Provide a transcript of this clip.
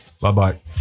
Bye-bye